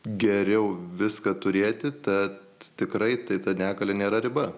geriau viską turėti tad tikrai tai ta negalia nėra riba